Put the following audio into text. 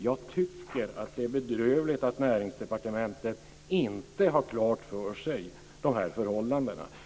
Jag tycker att det är bedrövligt att Näringsdepartementet inte har klart för sig de här förhållandena.